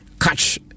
catch